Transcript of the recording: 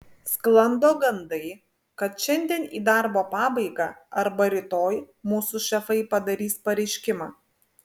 sklando gandai kad šiandien į darbo pabaigą arba rytoj mūsų šefai padarys pareiškimą